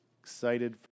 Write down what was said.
Excited